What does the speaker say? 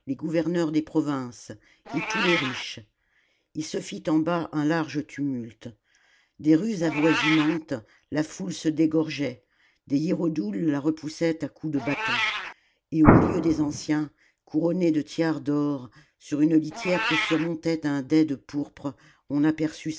gouverneurs des provinces et tous les riches ii se fit en bas un large tumulte des rues avoisinantes la foule se dégorgeait des hiérodoules la repoussaient à coups de bâton et au milieu des anciens couronnés de tiares d'or sur une litière que surmontait un dais de pourpre on aperçut